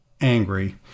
angry